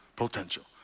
Potential